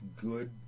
good